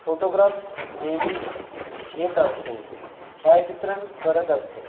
photographs नेहमी घेत असतो छायाचित्रण करत असतो